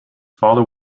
father